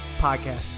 Podcast